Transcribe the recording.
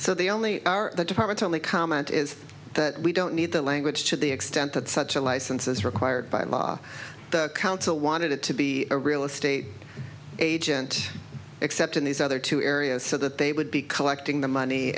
so they only are the department only comment is that we don't need that language to the extent that such a license is required by law the council wanted it to be a real estate agent except in these other two areas so that they would be collecting the money